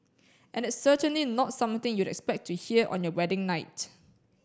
and it's certainly not something you'd expect to hear on your wedding night